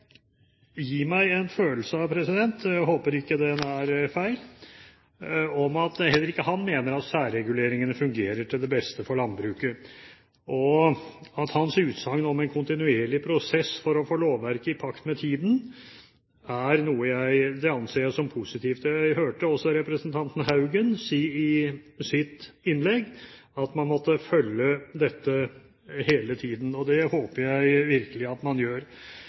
meg en følelse av – jeg håper ikke den er feil – at heller ikke han mener at særreguleringene fungerer til det beste for landbruket. Og hans utsagn om en kontinuerlig prosess for å få lovverket i pakt med tiden anser jeg som positivt. Jeg hørte også representanten Haugen si i sitt innlegg at man måtte følge dette hele tiden. Det håper jeg virkelig at man gjør.